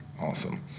Awesome